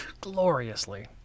Gloriously